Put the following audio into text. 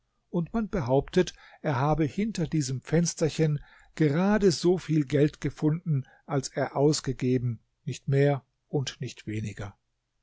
und man behauptet er habe hinter diesem fensterchen gerade so viel geld gefunden als er ausgegeben nicht mehr und nicht weniger